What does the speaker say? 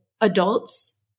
adults